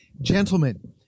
Gentlemen